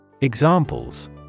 Examples